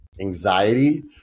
anxiety